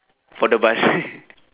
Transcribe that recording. for the bus